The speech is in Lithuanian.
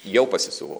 jau pasisiuvau